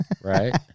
right